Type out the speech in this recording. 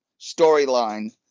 storyline